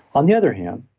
on the other hand,